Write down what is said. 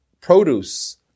produce